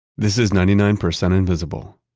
this is ninety nine percent invisible.